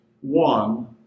one